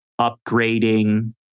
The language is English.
upgrading